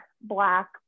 black